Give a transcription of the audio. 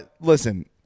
Listen